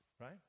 right